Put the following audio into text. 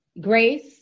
Grace